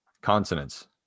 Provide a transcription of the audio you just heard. consonants